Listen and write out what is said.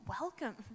welcome